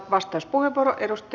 arvoisa puhemies